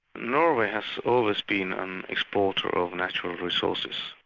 norway has always been an exporter of natural resources.